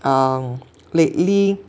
um lately